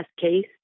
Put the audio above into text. case